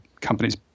companies